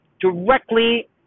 directly